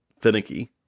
finicky